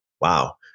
Wow